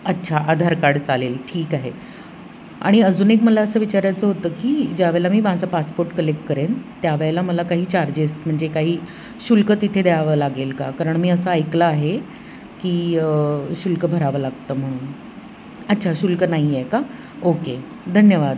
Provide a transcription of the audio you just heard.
अच्छा आधार कार्ड चालेल ठीक आहे आणि अजून एक मला असं विचारायचं होतं की ज्यावेळेला मी माझा पासपोर्ट कलेक्ट करेन त्यावेळेला मला काही चार्जेस म्हणजे काही शुल्क तिथे द्यावं लागेल का कारण मी असं ऐकलं आहे की शुल्क भरावं लागतं म्हणून अच्छा शुल्क नाही आहे का ओके धन्यवाद